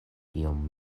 iom